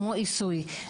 כמו עיסוי,